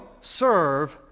serve